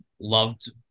loved